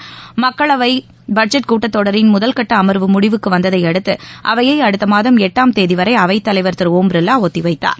ப்பு மக்களவைபட்ஜெட் கூட்டத்தொடரின் கட்டஅமர்வு முடிவுக்குவந்ததையடுத்து அவையைஅடுத்தமாதம் எட்டாம் தேதிவரைஅவைத்தலைவர் திருஒம் பிர்லாஒத்திவைத்தார்